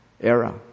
era